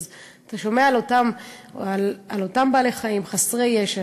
אז אתה שומע על אותם בעלי-חיים חסרי ישע,